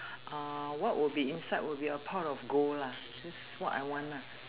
uh what would be inside would be a part of gold lah this what I want lah